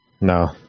No